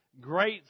Great